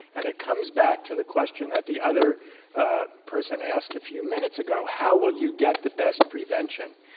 and it comes back to the question that the other person asked a few minutes ago. how will you get the best prevention.